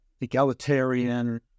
egalitarian